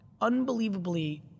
unbelievably